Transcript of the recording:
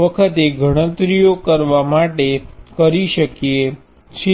વખત ગણતરીઓ કરવા માટે કરી શકીએ છીએ